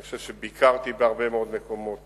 אני חושב שביקרתי בהרבה מאוד מקומות,